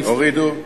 הורידו?